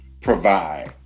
provide